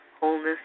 wholeness